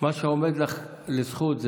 מה שעומד לך לזכות,